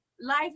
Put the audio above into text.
Life